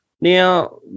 Now